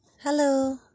Hello